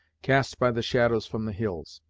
cast by the shadows from the hills.